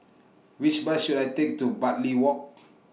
Which Bus should I Take to Bartley Walk